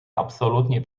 absolutnie